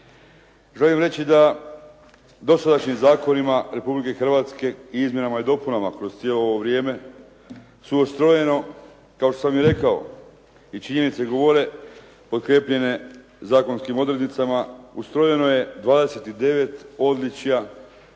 Želim reći da dosadašnjim zakonima Republike Hrvatske i izmjenama i dopunama kroz ovo cijelo vrijeme su ustrojene kao što bi rekao i činjenice govore potkrjepljenje zakonskim odrednicama ustrojeno je 29 odličja